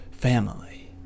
Family